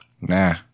Nah